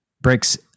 Bricks